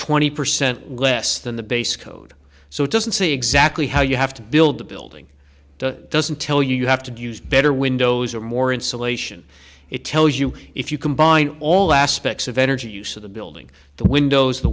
twenty percent less than the base code so it doesn't see exactly how you have to build the building doesn't tell you you have to use better windows or more insulation it tells you if you combine all aspects of energy use of the building the windows the